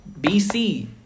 BC